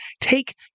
take